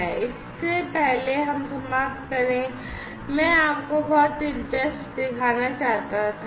इसलिए इससे पहले कि हम समाप्त करें मैं आपको बहुत दिलचस्प दिखाना चाहता था